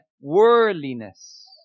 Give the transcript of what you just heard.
worldliness